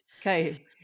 Okay